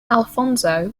alfonso